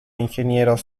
ingenieros